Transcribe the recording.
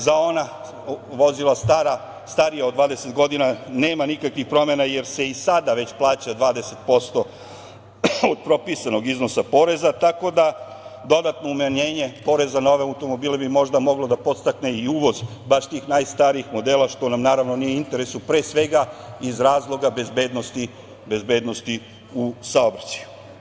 Za ona vozila starija od 20 godina nema nikakvih promena jer se i sada već plaća 20% od propisanog iznosa poreza, tako da dodatno umanjenje poreza na ove automobile bi možda moglo da podstakne i uvoz baš tih najstarijih modela, što nam naravno nije interes pre svega iz razloga bezbednosti u saobraćaju.